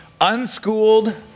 unschooled